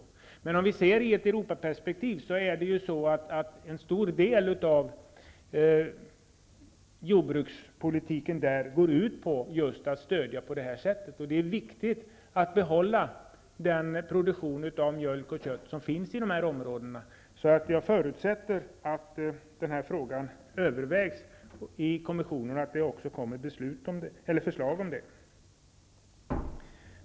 Men om vi ser saken i ett Europaperspektiv finner vi ju att en stor del av jordbrukspolitiken i Europa går ut på just stöd i den här formen, och det är viktigt att behålla den produktion av mjölk och kött som finns i dessa områden. Jag förutsätter därför att den här frågan övervägs i kommissionen och att det också läggs fram förslag härvidlag.